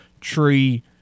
tree